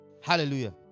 Hallelujah